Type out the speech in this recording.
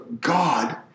God